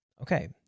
okay